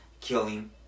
killing